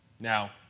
Now